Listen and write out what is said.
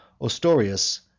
Ostorius